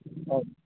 అవును